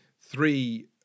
three